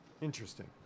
Interesting